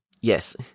Yes